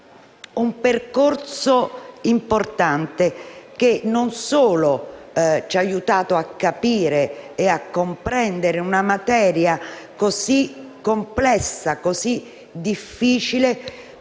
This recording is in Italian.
un percorso importante, che non solo ci ha aiutato a capire e a comprendere, in una materia così complessa e difficile,